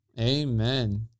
Amen